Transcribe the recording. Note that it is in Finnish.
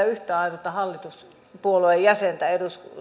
yhtään ainutta hallituspuolueen jäsentä